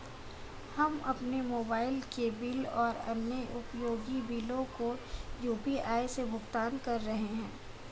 हम अपने मोबाइल के बिल और अन्य उपयोगी बिलों को यू.पी.आई से भुगतान कर रहे हैं